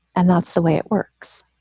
and that's the way it works.